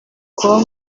com